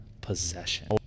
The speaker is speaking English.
possession